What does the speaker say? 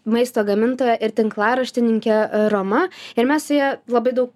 maisto gamintoja ir tinklaraštininkė roma ir mes su ja labai daug